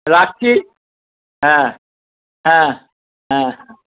রাখছি হ্যাঁ হ্যাঁ হ্যাঁ হ্যাঁ